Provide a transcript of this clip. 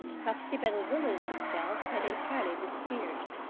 popsipetel village itself had entirely disappeared.